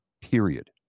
period